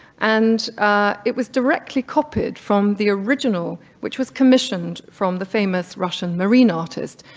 and it was directly copied from the original, which was commissioned from the famous russian marine artist,